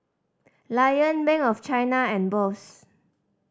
Lion Bank of China and Bosch